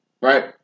right